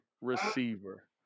receiver